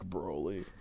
Broly